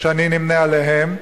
שאני נמנה עליהם,